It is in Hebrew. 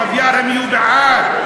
קוויאר הם יהיו בעד.